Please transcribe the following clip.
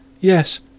Yes